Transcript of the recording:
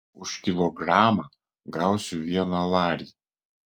už kilogramą gausiu vieną larį